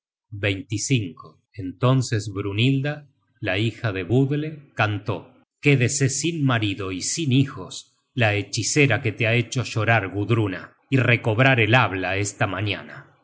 at entonces brynhilda la hija de budle cantó quédese sin marido y sin hijos la hechicera que te ha hecho llorar gudruna y recobrar el habla esta mañana